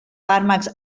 fàrmacs